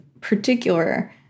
particular